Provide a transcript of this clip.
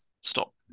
Stop